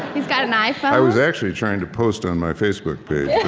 he's got an iphone i was actually trying to post on my facebook page,